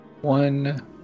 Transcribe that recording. One